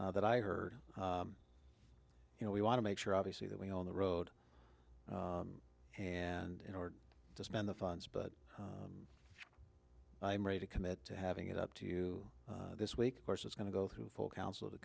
that i heard you know we want to make sure obviously that we on the road and in order to spend the funds but i'm ready to commit to having it up to you this week course it's going to go through full council